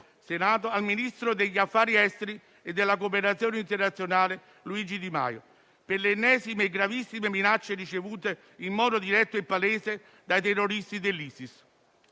al ministro degli affari esteri e della cooperazione internazionale Luigi Di Maio, per le ennesime e gravissime minacce, ricevute in modo diretto e palese da terroristi dell'ISIS.